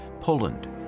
Poland